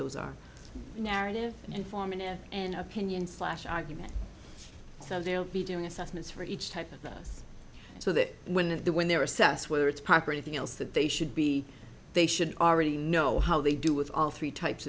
those are narrative informative an opinion slash argument so they'll be doing assessments for each type of us so that when of the when they're assess whether it's proper anything else that they should be they should already know how they do with all three types